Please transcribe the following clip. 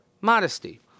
modesty